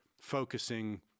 focusing